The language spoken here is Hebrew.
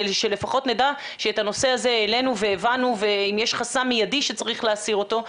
שלפחות נדע שאת הנושא הזה העלינו והבנו ואם יש חסם מיידי שצריך להסיר אותו.